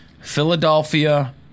Philadelphia